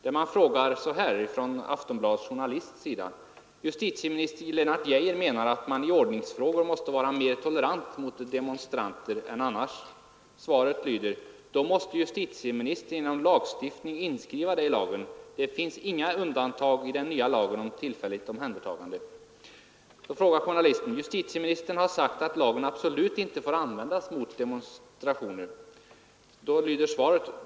Det är Aftonbladets journalist som frågar: ”Justitieminister Lennart Geijer menar att man i ordningsfrågor måste vara mer tolerant mot demonstrationer än annars. — Då måste justitieministern genom lagstiftning inskriva det i lagen. Det finns inga undantag i den nya lagen om tillfälligt omhändertagande . Justitieministern har sagt att lagen absolut inte får användas mot demonstrationer.